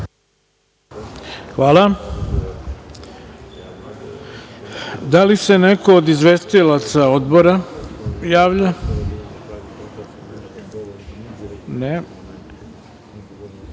Hvala. Da li se neko od izvestilaca odbora javlja?